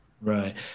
Right